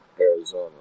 Arizona